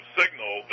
signal